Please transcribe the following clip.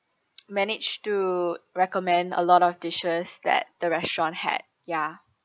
managed to recommend a lot of dishes that the restaurant had ya